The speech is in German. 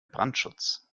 brandschutz